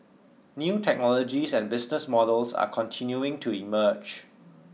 new technologies and business models are continuing to emerge